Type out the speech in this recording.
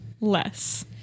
less